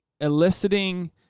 eliciting